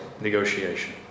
negotiation